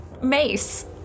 mace